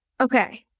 Okay